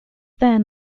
then